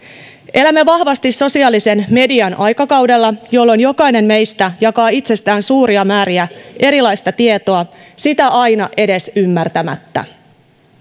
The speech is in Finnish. elämme vahvasti sosiaalisen median aikakaudella jolloin jokainen meistä jakaa itsestään suuria määriä erilaista tietoa sitä aina edes ymmärtämättä